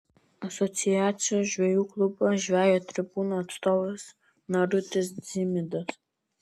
asociacijos žvejų klubo žvejo tribūna atstovas narutis dzimidas